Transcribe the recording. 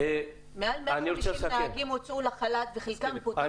מעל 150 נהגים הוצאו לחל"ת וחלקם מפוטרים.